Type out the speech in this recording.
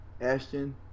Ashton